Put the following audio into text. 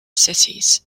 cities